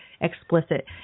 explicit